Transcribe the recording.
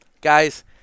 Guys